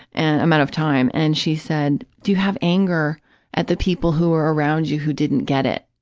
and amount of time, and she said, do you have anger at the people who are around you who didn't get it?